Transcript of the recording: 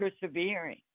persevering